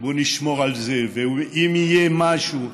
ובוא נשמור על זה, ואם יהיה משהו,